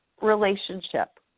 relationship